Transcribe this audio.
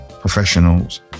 professionals